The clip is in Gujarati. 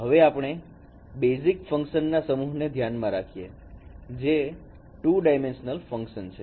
હવે આપણે બેઇઝિક ફંકશન ના સમૂહને ધ્યાનમાં રાખીએ જે 2 ડાયમેન્શનલ ફંકશન છે